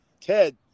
Ted